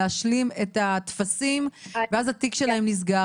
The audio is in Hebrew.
להשלים את הטפסים ואז התיק שלהם נסגר,